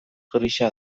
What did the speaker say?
grisa